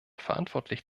verantwortlich